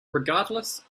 regardless